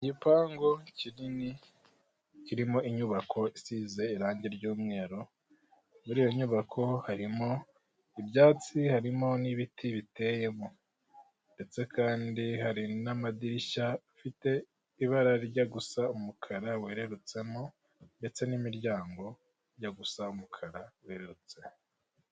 Igipangu kinini kirimo inyubako isize irange ry'umweru, muri iyo nyubako harimo ibyatsi harimo n'ibiti biteyemo, ndetse kandi hari n'amadirishya afite ibara rijya gusa umukara wererutsemo, ndetse n'imiryango ijya gusa umukara wererutse.